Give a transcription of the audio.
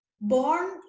born